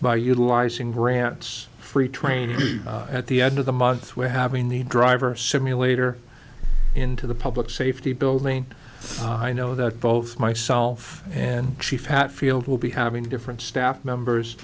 by utilising grants free trade at the end of the month we're having the driver simulator into the public safety building i know that both myself and chief hatfield will be having different staff members